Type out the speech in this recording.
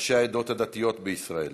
ראשי העדות הדתיות בישראל,